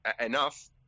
enough